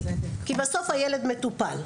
כי בסוף הילד מטופל,